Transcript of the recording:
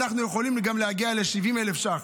אנחנו יכולים גם להגיע ל-70,000 ש"ח.